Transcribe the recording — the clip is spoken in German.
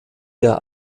der